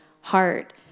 heart